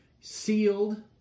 sealed